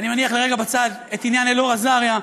אני מניח לרגע בצד את עניין אלאור אזריה,